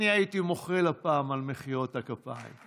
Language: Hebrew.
אני הייתי מוחל הפעם על מחיאות הכפיים.